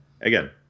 Again